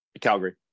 Calgary